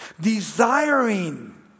desiring